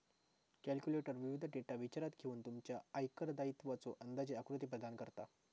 calculator विविध data विचारात घेऊन तुमच्या आयकर दायित्वाचो अंदाजे आकृती प्रदान करता